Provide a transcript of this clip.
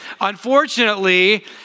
unfortunately